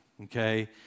Okay